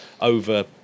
over –